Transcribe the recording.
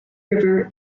river